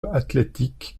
athletic